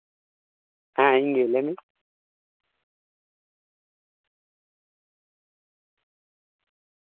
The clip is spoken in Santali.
ᱦᱮᱸ ᱤᱧ ᱜᱮ ᱞᱟᱹᱭ ᱢᱮ